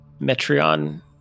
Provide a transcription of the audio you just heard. Metreon